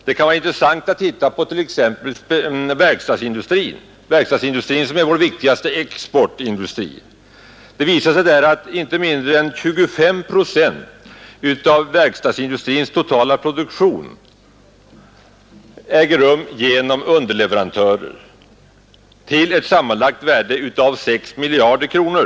Det kan vara intressant att titta på t.ex. verkstadsindustrin, som är vår viktigaste exportindustri. Det visar sig att inte mindre än 25 procent av verkstadsindustrins totala produktion äger rum genom underleverantörer till ett sammanlagt värde av 6 miljarder kronor.